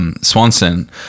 Swanson